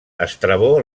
estrabó